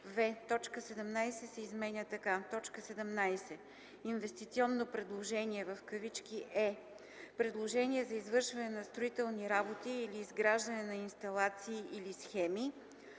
17 се изменя така: „17. „Инвестиционно предложение“ е: - предложение за извършване на строителни работи или изграждане на инсталации или схеми,